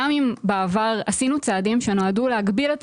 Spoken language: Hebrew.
גם אם בעבר עשינו צעדים שנועדו להגביל,